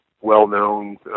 well-known